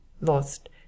Lost